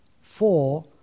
Four